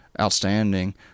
outstanding